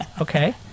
okay